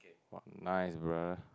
nice brother